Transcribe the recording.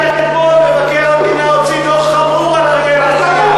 רק אתמול מבקר המדינה הוציא דוח חמור על אריאל אטיאס.